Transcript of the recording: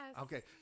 Okay